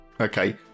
Okay